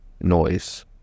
noise